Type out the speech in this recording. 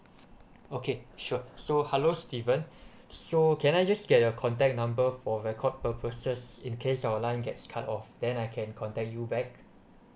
okay sure so hello steven so can I just get your contact number for record purposes in case online gets cut off then I can contact you back